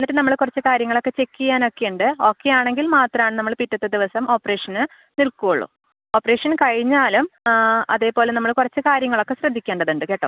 എന്നിട്ട് നമ്മൾ കുറച്ച് കാര്യങ്ങളൊക്കെ ചെക്ക് ചെയ്യാനൊക്കെയുണ്ട് ഓക്കെ ആണെങ്കിൽ മാത്രം നമ്മൾ പിറ്റത്ത ദിവസം ഓപ്പറേഷന് നിൽക്കൂള്ളൂ ഓപ്പറേഷൻ കഴിഞ്ഞാലും ആ അതേപോലെ നമ്മൾ കുറച്ച് കാര്യങ്ങളൊക്കെ ശ്രദ്ധിക്കേണ്ടതുണ്ട് കേട്ടോ